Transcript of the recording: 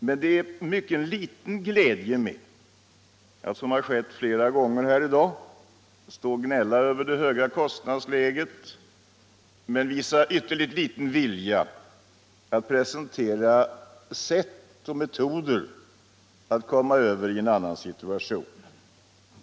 Men det är mycket liten glädje med - som så många har gjort här i dag — att stå och gnälla över det höga kostnadsläget när man samtidigt visar ytterligt liten vilja att presentera sätt och metoder att åstadkomma ett bättre system.